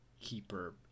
keeper